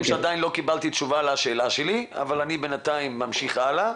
עדיין לא קיבלתי תשובה לשאלה שלי אבל בינתיים אני ממשיך הלאה.